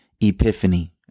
epiphany